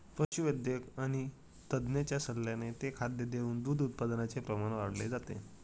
पशुवैद्यक आणि तज्ञांच्या सल्ल्याने ते खाद्य देऊन दूध उत्पादनाचे प्रमाण वाढवले जाते